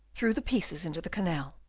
threw the pieces into the canal.